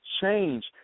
change